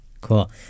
Cool